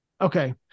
Okay